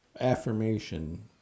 affirmation